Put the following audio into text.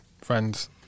friends